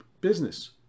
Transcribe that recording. business